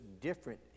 different